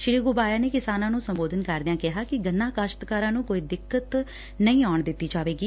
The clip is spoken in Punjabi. ਸ੍ਰੀ ਘੁਬਾਇਆ ਨੇ ਕਿਸਾਨਾਂ ਨੂੰ ਸੰਬੋਧਨ ਕਰਦਿਆਂ ਕਿਹਾ ਕਿ ਗੰਨਾ ਕਾਸ਼ਤਕਾਰਾਂ ਨੂੰ ਕੋਈ ਦਿਕੱਤ ਨਹੀਂ ਆਉਣ ਦਿੱਤੀ ਜਾਵੇਗੀ